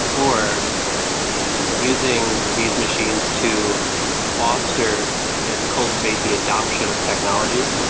or using these machines to foster and cultivate the adoption of technology,